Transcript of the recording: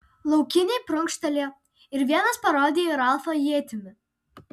laukiniai prunkštelėjo ir vienas parodė į ralfą ietimi